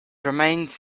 remains